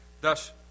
Thus